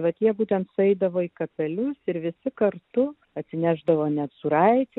vat jie būtent sueidavo į kapelius ir visi kartu atsinešdavo net sūraitį